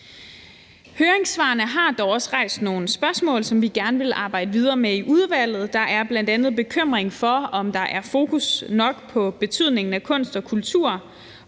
Høringssvarene har dog også rejst nogle spørgsmål, som vi gerne vil arbejde videre med i udvalget. Der er bl.a. bekymring for, om der i spiludviklingen er fokus nok på betydningen af kunst og kultur